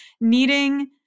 needing